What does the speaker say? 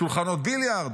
שולחנות ביליארד,